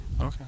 Okay